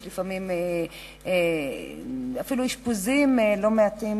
יש אפילו אשפוזים לא מעטים